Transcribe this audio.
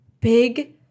big